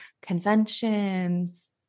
conventions